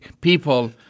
people